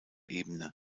ebene